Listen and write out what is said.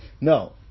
No